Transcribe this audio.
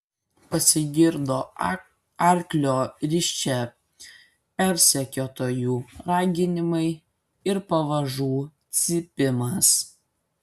pasigirdo arklio risčia persekiotojų raginimai ir pavažų cypimas